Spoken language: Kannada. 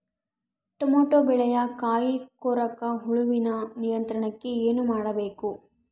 ಟೊಮೆಟೊ ಬೆಳೆಯ ಕಾಯಿ ಕೊರಕ ಹುಳುವಿನ ನಿಯಂತ್ರಣಕ್ಕೆ ಏನು ಮಾಡಬೇಕು?